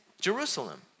Jerusalem